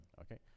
Okay